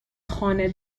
خانه